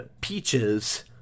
Peaches